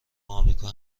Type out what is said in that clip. امریکا